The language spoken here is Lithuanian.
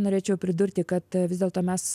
norėčiau pridurti kad vis dėlto mes